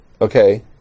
Okay